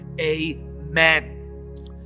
Amen